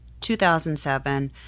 2007